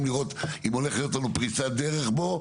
לראות אם הולכת להיות לנו פריצת דרך בו,